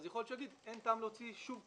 יכול להיות שהוא יגיד: אין טעם להוציא כונן.